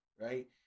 right